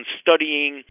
studying